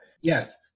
Yes